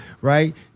Right